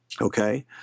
okay